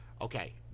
Okay